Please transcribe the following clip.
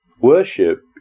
Worship